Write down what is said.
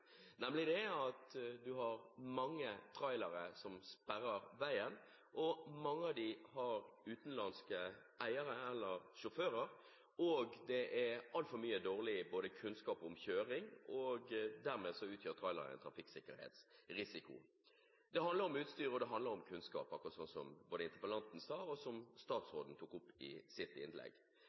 nemlig det at det er mange trailere som sperrer veien. Mange av dem har utenlandske eiere eller sjåfører. Det er altfor mye dårlig kunnskap om kjøring, og dermed utgjør trailerne en trafikksikkerhetsrisiko. Det handler om utstyr, og det handler om kunnskap, akkurat som interpellanten sa, og som statsråden tok opp i sitt innlegg.